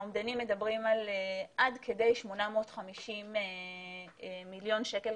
האומדנים מדברים על עד כדי 850 מיליון שקל